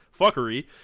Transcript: fuckery